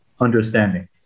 understanding